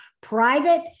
private